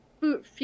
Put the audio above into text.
food